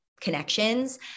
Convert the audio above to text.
connections